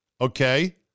okay